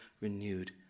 renewed